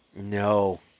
No